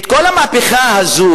כל המהפכה הזאת,